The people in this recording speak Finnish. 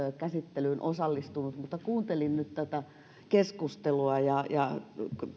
käsittelyyn osallistunut mutta kuuntelin nyt tätä keskustelua ja ja